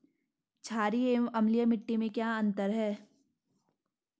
छारीय एवं अम्लीय मिट्टी में क्या क्या अंतर हैं?